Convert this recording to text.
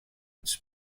its